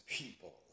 people